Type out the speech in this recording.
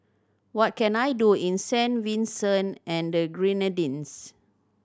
what can I do in Saint Vincent and the Grenadines